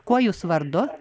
kuo jūs vardu